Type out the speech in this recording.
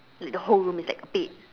like the whole room is like bed